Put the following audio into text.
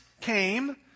came